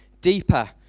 deeper